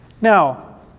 Now